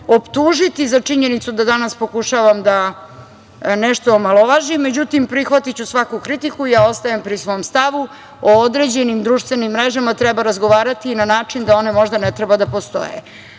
optužiti za činjenicu da danas pokušavam da nešto omalovažim, međutim, prihvatiću svaku kritiku, ja ostajem pri svom stavu - o određenim društvenim mrežama treba razgovarati na način da one možda ne treba da